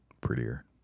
prettier